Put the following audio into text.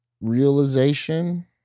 realization